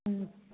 ம்